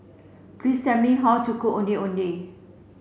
please tell me how to cook Ondeh Ondeh